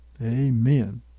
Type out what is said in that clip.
Amen